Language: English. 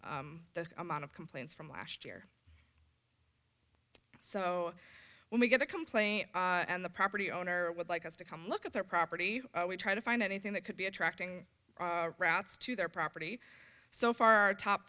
the amount of complaints from last year so when we get a complaint and the property owner would like us to come look at their property we try to find anything that could be attracting rats to their property so far top